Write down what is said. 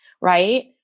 right